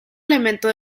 elemento